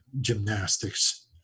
gymnastics